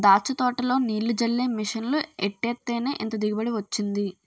దాచ్చ తోటలో నీల్లు జల్లే మిసన్లు ఎట్టేత్తేనే ఇంత దిగుబడి వొచ్చింది